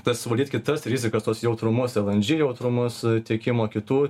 tai suvaldyt kitas rizikas tuos jautrumus elandžy jautrumus tiekimo kitų